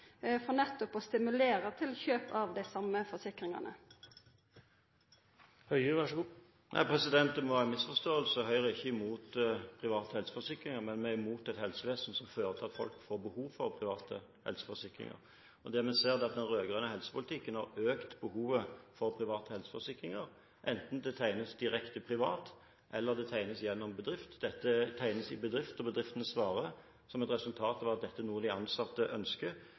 for nettopp å stimulera til kjøp av dei same forsikringane? Det må være en misforståelse. Høyre er ikke imot private helseforsikringer, men vi er imot et helsevesen som fører til at folk får behov for private helseforsikringer. Der ser vi at den rød-grønne helsepolitikken har økt behovet for private helseforsikringer, enten de tegnes direkte privat eller de tegnes gjennom bedrift. Dette tegnes i bedrift, og bedriftene svarer som et resultat av at det er noe de ansatte ønsker.